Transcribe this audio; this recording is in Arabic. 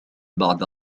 بعد